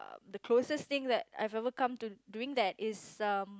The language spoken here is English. the closest thing that I have ever come to doing that is um